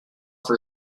for